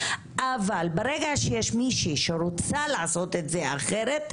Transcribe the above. אבל ברגע שיש מישהי שרוצה לעשות את זה אחרת,